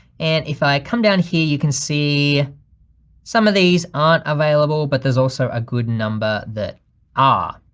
and if i come down here, you can see some of these aren't available, but there's also a good number that ah